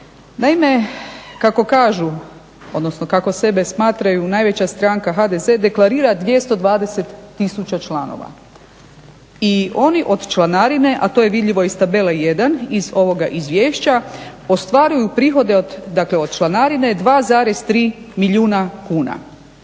Naime, kako kažu odnosno kako sebe smatraju najveća stranka HDZ deklarira 220 tisuća članove i oni od članarine, a to je vidljivo iz tabele 1 iz ovoga izvješća ostvaruju prihode od članarine 2,3 milijuna kuna.